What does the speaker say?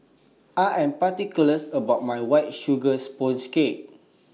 I Am particular about My White Sugar Sponge Cake